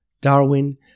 Darwin